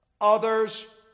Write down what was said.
others